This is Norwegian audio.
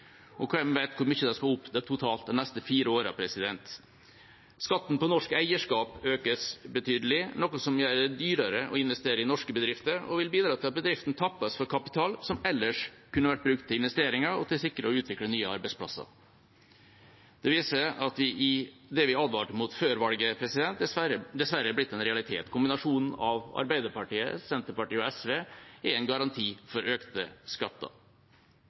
Og hvem vet hvor mye de skal opp totalt de neste fire årene. Skatten på norsk eierskap økes betydelig, noe som gjør det dyrere å investere i norske bedrifter, og som vil bidra til at bedriftene tappes for kapital som ellers kunne vært brukt til investeringer og til å sikre og utvikle nye arbeidsplasser. Det viser at det vi advarte mot før valget, dessverre har blitt en realitet. Kombinasjonen av Arbeiderpartiet, Senterpartiet og SV er en garanti for økte skatter.